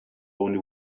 only